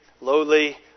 lowly